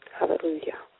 Hallelujah